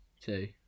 Two